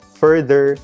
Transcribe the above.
further